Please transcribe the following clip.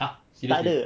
ah seriously